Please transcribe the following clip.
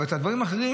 אבל את הדברים האחרים,